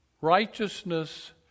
Righteousness